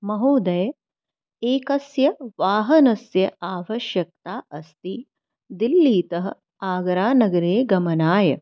महोदय एकस्य वाहनस्य आवश्यकता अस्ति दिल्लीतः आगरानगरे गमनाय